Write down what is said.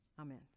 Amen